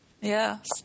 Yes